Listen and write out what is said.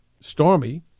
Stormy